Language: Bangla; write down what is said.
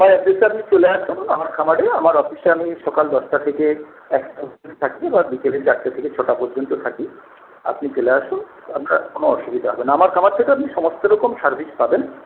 আমার অ্যাড্রেসে আপনি চলে আসুন আমার খামারে আমার অফিসে আমি সকাল দশটা থেকে একটা অবধি থাকি আবার বিকেলে চারটে থেকে ছয়টা পর্যন্ত থাকি আপনি চলে আসুন আপনার কোন অসুবিধা হবে না আমার খামার থেকে আপনি সমস্ত রকম সার্ভিস পাবেন